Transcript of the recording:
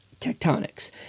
tectonics